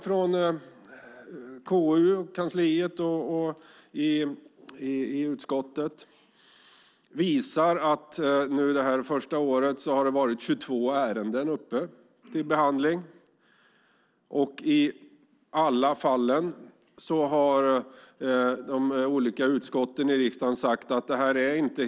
Den koll som vi i KU har gjort visar att det under detta första år har varit 22 sådana här ärenden uppe till behandling. I alla fallen har de olika utskotten sagt att hanteringen inte har varit fel.